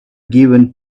given